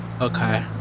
Okay